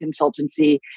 consultancy